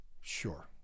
Sure